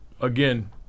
again